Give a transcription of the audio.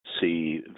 see